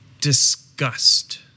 disgust